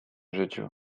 życiu